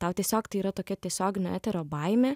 tau tiesiog tai yra tokia tiesioginio eterio baimė